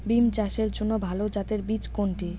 বিম চাষের জন্য ভালো জাতের বীজ কোনটি?